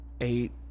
eight